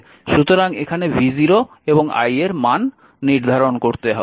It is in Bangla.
সুতরাং এখানে v0 এবং i এর মান নির্ধারণ করতে হবে